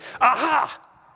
aha